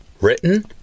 Written